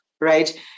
right